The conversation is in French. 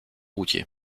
routier